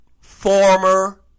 former